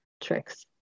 tricks